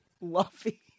Luffy